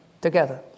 together